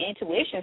intuition